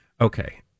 okay